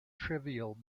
trivial